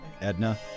Edna